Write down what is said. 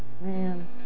man